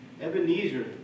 Ebenezer